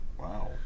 wow